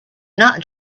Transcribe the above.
not